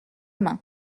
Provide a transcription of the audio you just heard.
main